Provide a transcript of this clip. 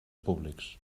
públics